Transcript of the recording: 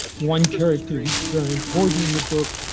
one character who's very important in the book